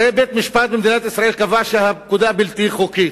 הרי בית-משפט במדינת ישראל קבע שהפקודה בלתי חוקית,